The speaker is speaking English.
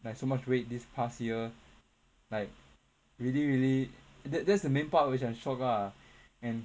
like so much weight this past year like we didn't really that that's the main part of which I'm shock lah and